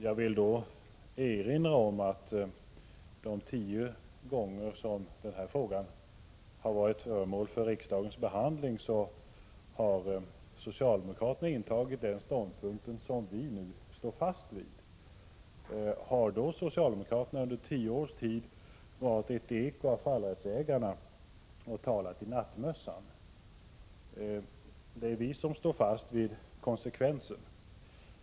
Jag vill då erinra om att de tio gånger som den här frågan har varit föremål för riksdagens behandling har socialdemokraterna intagit den ståndpunkt som vi moderater nu står fast vid. Har då socialdemokraterna under tio års tid varit ett eko av fallrättsägarna och talat i nattmössan? Det är vi moderater som står fast och är konsekventa.